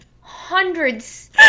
hundreds